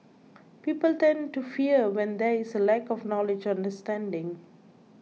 people tend to fear when there is a lack of knowledge understanding